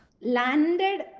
Landed